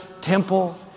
temple